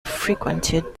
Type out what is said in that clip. frequented